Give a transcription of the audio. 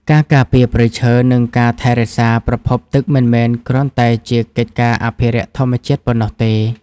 ការការពារព្រៃឈើ និងការថែរក្សាប្រភពទឹកមិនមែនគ្រាន់តែជាកិច្ចការអភិរក្សធម្មជាតិប៉ុណ្ណោះទេ។